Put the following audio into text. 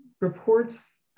reports